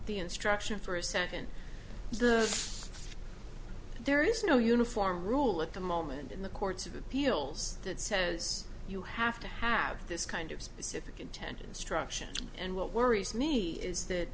the instruction for a second there is no uniform rule at the moment in the courts of appeals that says you have to have this kind of specific intent instructions and what worries me is that